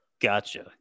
Gotcha